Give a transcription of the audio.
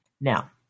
Now